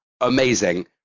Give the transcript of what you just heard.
amazing